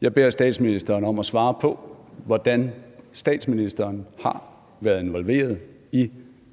Jeg beder statsministeren om at svare på, hvordan statsministeren har været involveret i,